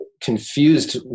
confused